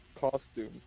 costume